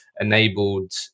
enabled